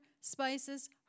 spices